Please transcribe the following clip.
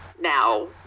now